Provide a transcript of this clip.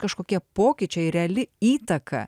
kažkokie pokyčiai reali įtaka